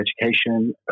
education